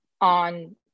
on